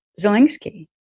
Zelensky